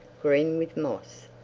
green with moss.